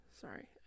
sorry